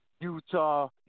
Utah